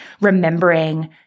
remembering